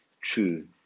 true